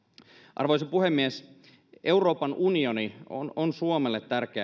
arvoisa puhemies euroopan unioni on on suomelle tärkeä